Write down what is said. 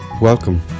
Welcome